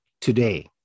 today